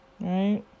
Right